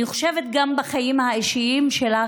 אני חושבת שגם בחיים האישיים שלך,